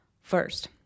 first